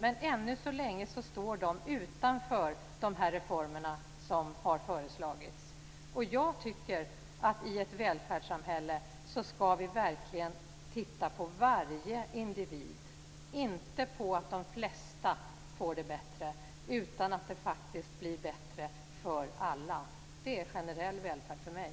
Men ännu så länge står de utanför de reformer som har föreslagits. Jag tycker att i ett välfärdssamhälle ska vi verkligen titta på varje individ, inte på att de flesta får det bättre utan på att det blir bättre för alla. Det är generell välfärd för mig.